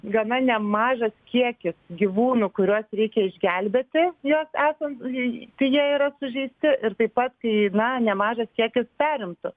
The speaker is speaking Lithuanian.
gana nemažas kiekis gyvūnų kuriuos reikia išgelbėti juos esant kai jie yra sužeisti ir taip pat kai na nemažas kiekis perimtų